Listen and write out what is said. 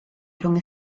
rhwng